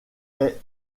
est